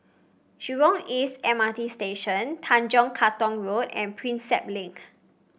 Jurong East M R T Station Tanjong Katong Road and Prinsep Link